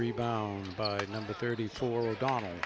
rebound by number thirty four dawn